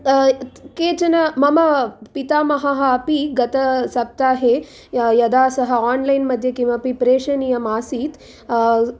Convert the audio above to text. तत् केचन मम पितामहः अपि गतसप्ताहे यदा सः आन्लैन् मध्ये किमपि प्रेषणीयम् आसीत्